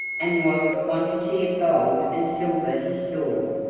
and what a quantity of gold and silver he saw!